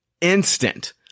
instant